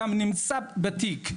גם נמצא בתיק,